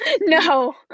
No